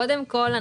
קודם כול,